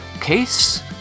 case